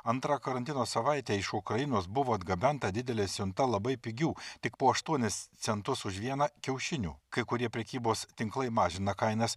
antrą karantino savaitę iš ukrainos buvo atgabenta didelė siunta labai pigių tik po aštuonis centus už vieną kiaušinių kai kurie prekybos tinklai mažina kainas